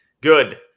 Good